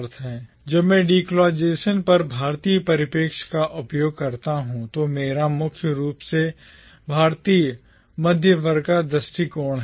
जब मैं डीकोलाइज़ेशन पर भारतीय परिप्रेक्ष्य का उपयोग करता हूं तो मेरा मुख्य रूप से भारतीय मध्यवर्ग का दृष्टिकोण है